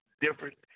different